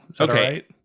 Okay